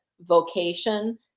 vocation